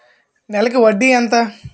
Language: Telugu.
నెలకి వడ్డీ ఎంత?